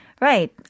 Right